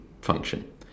function